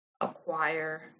acquire